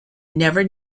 never